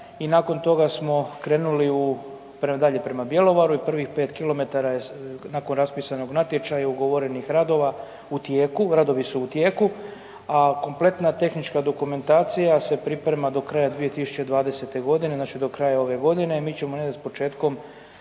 nakon toga smo krenuli u, prema dalje, prema Bjelovaru i prvih 5 kilometara je nakon raspisanog natječaja i ugovorenih radova u tijeku, radovi su u tijeku, a kompletna tehnička dokumentacija se priprema do kraja 2020.g., znači do kraja ove godine. Mi ćemo negdje s početkom